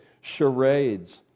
charades